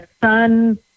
sun